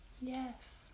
yes